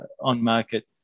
on-market